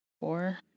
Four